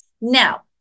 Now